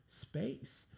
space